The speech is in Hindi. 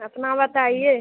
अपना बताइए